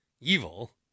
evil